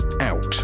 out